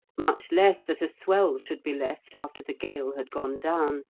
much less that a swell should be left after the gale had gone down.